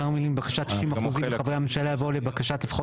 אחרי המילים 'לבקשת 60% מחברי הממשלה' יבוא 'לבקשת לפחות